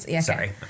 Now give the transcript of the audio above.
Sorry